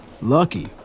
Lucky